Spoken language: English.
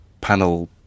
panel